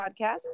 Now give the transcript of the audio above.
Podcast